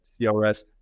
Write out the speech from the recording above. CRS